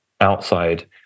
outside